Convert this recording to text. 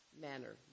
manner